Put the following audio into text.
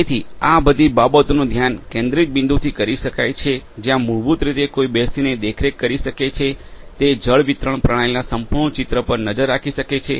તેથી આ બધી બાબતોનું ધ્યાન કેન્દ્રિત બિંદુથી કરી શકાય છે જ્યાં મૂળભૂત રીતે કોઈ બેસીને દેખરેખ કરી શકે છે તે જળ વિતરણ પ્રણાલીના સંપૂર્ણ ચિત્ર પર નજર રાખી શકે છે